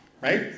Right